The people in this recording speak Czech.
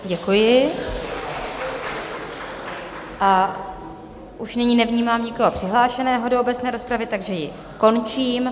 Děkuji a už nyní nevnímám nikoho přihlášeného do obecné rozpravy, takže ji končím.